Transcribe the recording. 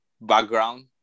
background